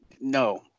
No